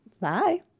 bye